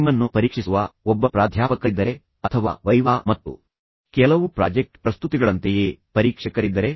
ನಿಮ್ಮನ್ನು ಪರೀಕ್ಷಿಸುವ ಒಬ್ಬ ಪ್ರಾಧ್ಯಾಪಕರಿದ್ದರೆ ಅಥವಾ ವೈವಾ ಮತ್ತು ಕೆಲವು ಪ್ರಾಜೆಕ್ಟ್ ಪ್ರಸ್ತುತಿಗಳಂತೆಯೇ ಪರೀಕ್ಷಕರಿದ್ದರೆ